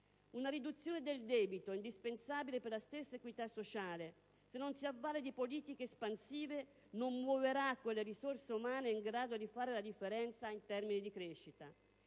Una riduzione del debito, indispensabile per la stessa equità sociale, se non si avvale di politiche espansive non muoverà quelle risorse umane in grado di fare la differenza in termini di crescita.